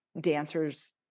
dancers